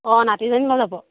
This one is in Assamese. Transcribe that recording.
অ' নাতি জনী লৈ যাব